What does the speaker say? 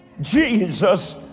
Jesus